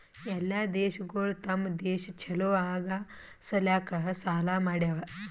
ಎಲ್ಲಾ ದೇಶಗೊಳ್ ತಮ್ ದೇಶ ಛಲೋ ಆಗಾ ಸಲ್ಯಾಕ್ ಸಾಲಾ ಮಾಡ್ಯಾವ್